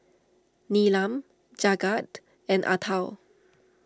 Neelam Jagat and Atal